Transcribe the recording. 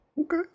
Okay